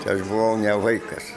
aš buvau ne vaikas